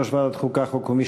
יושב-ראש ועדת החוקה, חוק ומשפט.